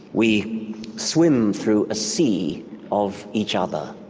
we swim through a sea of each other,